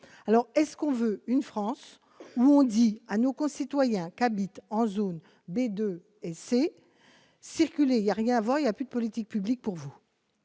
alors est-ce qu'on veut une France où on dit à nos concitoyens qu'habitent en zone B2 et C : circulez, il y a rien à voir, il y a plus de politique publique pour vous.